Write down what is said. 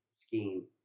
scheme